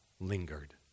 lingered